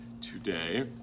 today